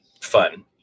fun